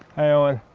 hey owen.